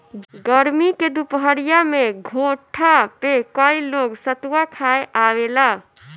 गरमी के दुपहरिया में घोठा पे कई लोग सतुआ खाए आवेला